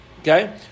Okay